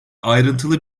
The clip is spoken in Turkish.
ayrıntılı